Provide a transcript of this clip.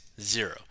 zero